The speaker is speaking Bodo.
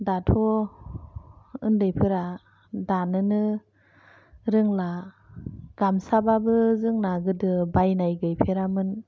दाथ' उन्दैफोरा दानोनो रोंला गामसाबाबो जोंना गोदो बायनाय गैफेरामोन